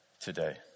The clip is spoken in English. today